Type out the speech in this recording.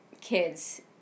kids